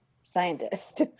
scientist